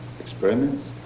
Experiments